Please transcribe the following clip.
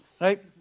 right